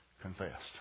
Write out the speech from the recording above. confessed